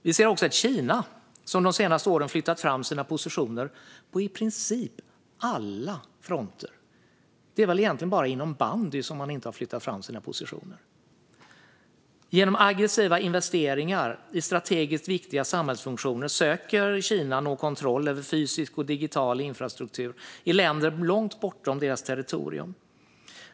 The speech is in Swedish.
Vi ser också ett Kina som de senaste åren flyttat fram sina positioner på i princip alla fronter. Det är väl egentligen bara inom bandy som man inte har flyttat fram sina positioner. Genom aggressiva investeringar i strategiskt viktiga samhällsfunktioner söker Kina nå kontroll över fysisk och digital infrastruktur i länder långt bortom det egna territoriet.